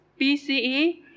BCE